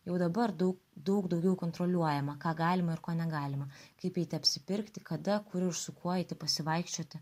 jau dabar daug daug daugiau kontroliuojama ką galima ir ko negalima kaip eiti apsipirkti kada kur ir su kuo eiti pasivaikščioti